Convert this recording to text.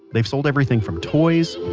they've sold everything from toys,